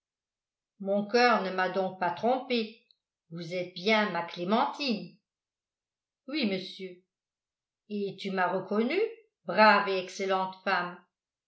mon coeur ne m'a donc pas trompé vous êtes bien ma clémentine oui monsieur et tu m'as reconnu brave et excellente femme